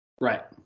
Right